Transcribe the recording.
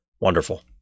wonderful